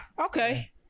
Okay